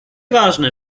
ważne